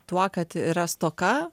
tuo kad yra stoka